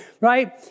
right